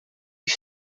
die